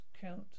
count